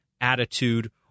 attitude